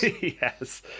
Yes